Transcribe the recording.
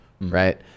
right